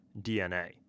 DNA